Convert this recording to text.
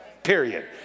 Period